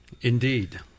Indeed